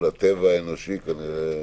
מול הטבע האנושי כנראה